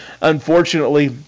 unfortunately